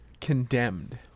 Condemned